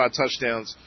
touchdowns